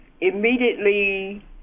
Immediately